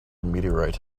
meteorite